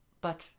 But